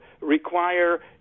require